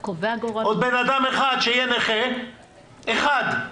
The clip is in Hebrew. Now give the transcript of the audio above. בן אדם אחד שיהיה נכה, אחד,